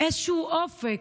איזשהו אופק,